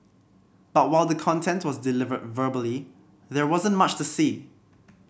but while the content was delivered verbally there wasn't much to see